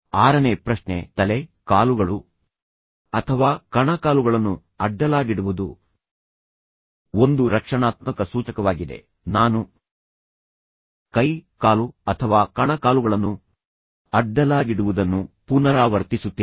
ಆರನೇ ಪ್ರಶ್ನೆ ತಲೆ ಕಾಲುಗಳು ಅಥವಾ ಕಣಕಾಲುಗಳನ್ನು ಅಡ್ಡಲಾಗಿಡುವುದು ಒಂದು ರಕ್ಷಣಾತ್ಮಕ ಸೂಚಕವಾಗಿದೆ ನಾನು ಕೈ ಕಾಲು ಅಥವಾ ಕಣಕಾಲುಗಳನ್ನು ಅಡ್ಡಲಾಗಿಡುವುದನ್ನು ಪುನರಾವರ್ತಿಸುತ್ತೇನೆ